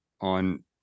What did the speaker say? on